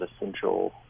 essential